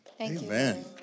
Amen